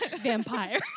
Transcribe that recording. Vampire